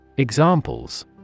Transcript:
Examples